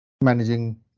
managing